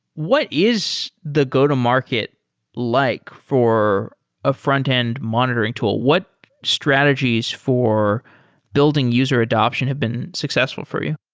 what is the go-to-market like for a frontend monitoring tool? what strategies for building user adaption have been successful for you?